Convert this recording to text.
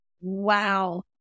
Wow